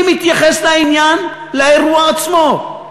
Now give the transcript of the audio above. אני מתייחס לעניין, לאירוע עצמו.